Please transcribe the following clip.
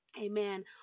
amen